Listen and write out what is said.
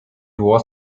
was